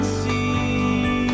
see